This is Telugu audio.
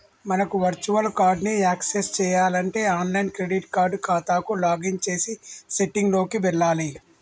మనకు వర్చువల్ కార్డ్ ని యాక్సెస్ చేయాలంటే ఆన్లైన్ క్రెడిట్ కార్డ్ ఖాతాకు లాగిన్ చేసి సెట్టింగ్ లోకి వెళ్లాలి